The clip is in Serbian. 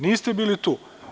Niste bili tu.